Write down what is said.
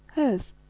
hes!